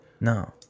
No